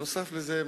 נוסף על זה,